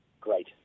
great